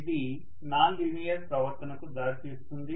ఇది non linear ప్రవర్తనకు దారి తీస్తుంది